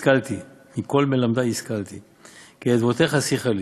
השכלתי כי עדותיך שיחה לי'.